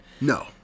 No